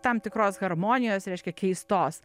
tam tikros harmonijos reiškia keistos